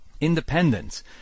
Independence